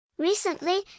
Recently